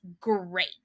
great